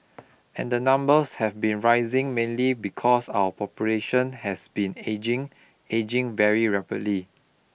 and the numbers have been rising mainly because our population has been ageing ageing very rapidly